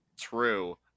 True